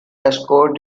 escort